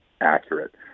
accurate